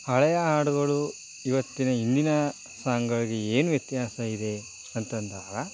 ಹಳೆಯ ಹಾಡುಗಳು ಇವತ್ತಿನ ಇಂದಿನ ಸಾಂಗ್ಗಳಿಗೆ ಏನು ವ್ಯತ್ಯಾಸ ಇದೆ ಅಂತಂದಾಗ